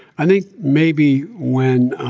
i think maybe when